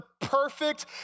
perfect